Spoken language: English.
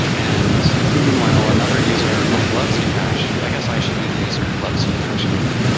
and meanwhile, another user might love zcash. i guess i should be the user who loves zcash and we could